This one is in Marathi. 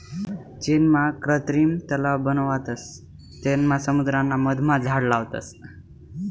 चीनमा कृत्रिम तलाव बनावतस तेनमा समुद्राना मधमा झाड लावतस